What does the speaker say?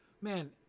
Man